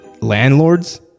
Landlords